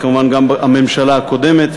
כמובן הממשלה הקודמת,